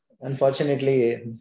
unfortunately